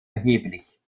erheblich